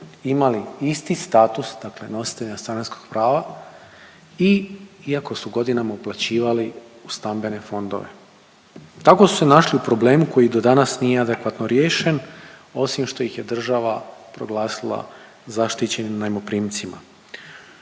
imali isti status dakle nositelja stanarskog prava i iako su godinama uplaćivali u stambene fondove. Tako su se našli u problemu koji do danas nije adekvatno riješen osim što ih je država proglasila zaštićenim najmoprimcima.